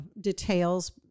details